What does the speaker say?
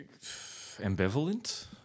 Ambivalent